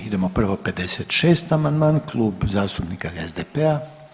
Idemo prvo 56. amandman Klub zastupnika SDP-a.